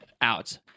out